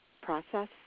process